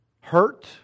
hurt